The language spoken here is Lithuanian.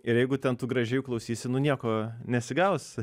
ir jeigu ten tu gražiai klausysi nu nieko nesigaus